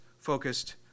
focused